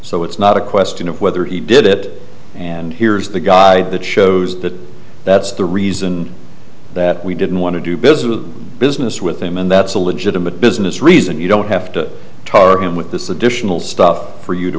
so it's not a question of whether he did it and here's the guide that shows that that's the reason that we didn't want to do business business with him and that's a legitimate business reason you don't have to charge him with this additional stuff for you to